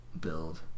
build